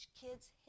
kids